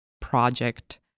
project